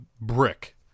brick